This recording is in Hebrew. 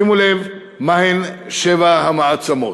שימו לב מי הן שבע המעצמות: